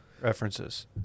references